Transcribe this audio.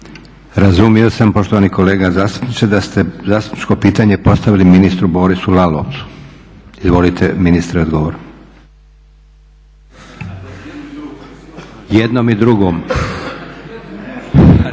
Razumio sam poštovani kolega zastupniče da ste zastupničko pitanje postavili ministru Borisu Lalovcu. Izvolite ministre odgovor. Jednom i drugom?